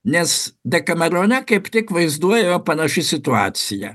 nes dekamerone kaip tik vaizduojama panaši situacija